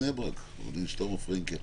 הנכסים הפיננסיים